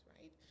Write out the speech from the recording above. right